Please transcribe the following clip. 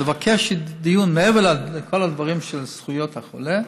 מעבר לכל הדברים של זכויות החולה,